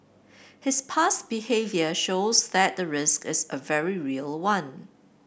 his past behaviour shows that the risk is a very real one